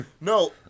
No